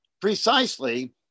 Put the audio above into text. precisely